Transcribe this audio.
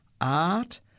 art